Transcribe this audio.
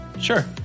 Sure